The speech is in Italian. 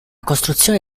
costruzione